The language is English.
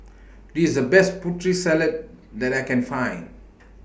This IS The Best Putri Salad that I Can Find